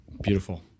Beautiful